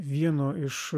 vieno iš